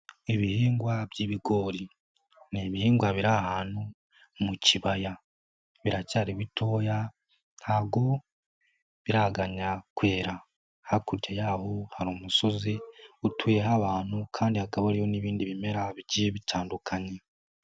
Ibihingwa by'ibigori, ni ibihingwa biri ahantu mu kibaya, biracyari bitoya ntabwo biraganya kwera, hakurya yaho hari umusozi utuyeho abantu kandi hakabayo n'ibindi bimera bigiye bitandukanye.